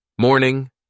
Morning